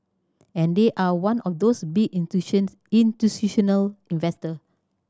and they are one of those big institutional investor